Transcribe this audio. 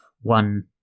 one